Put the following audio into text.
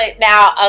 now